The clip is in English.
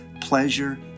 pleasure